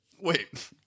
Wait